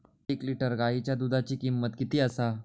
एक लिटर गायीच्या दुधाची किमंत किती आसा?